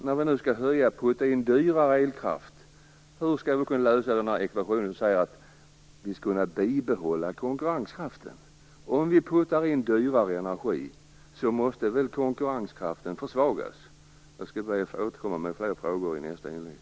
När vi nu skall sätta in dyrare elkraft, hur skall vi då kunna lösa ekvationen att samtidigt bibehålla konkurrenskraften? Om vi sätter in dyrare energi, måste väl konkurrenskraften försvagas. Jag skall be att få återkomma med flera frågor i nästa inlägg.